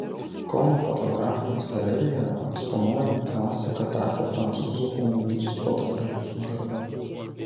kauno fotografijos galerijoje eksponuojami klasika tapę prancūzų humanistų fotografų darbai